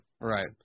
right